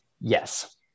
yes